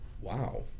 Wow